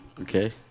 Okay